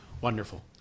Wonderful